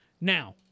Now